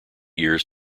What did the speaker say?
years